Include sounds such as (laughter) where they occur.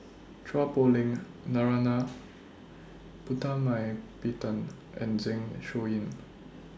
Chua Poh Leng Narana (noise) Putumaippittan and Zeng Shouyin